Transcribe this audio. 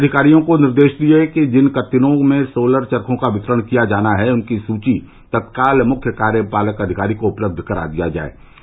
उन्होंने अधिकारियों को निर्देष दिया कि जिन कत्तिनों में सोलर चरखों का वितरण किया जाना है उनकी सुची तत्काल मुख्य कार्यपालक अधिकारी को उपलब्ध करा दिया जाय